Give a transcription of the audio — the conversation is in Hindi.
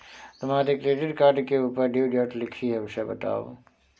तुम्हारे क्रेडिट कार्ड के ऊपर ड्यू डेट लिखी है उसे बताओ